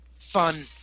fun